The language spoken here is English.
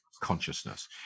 consciousness